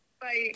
Bye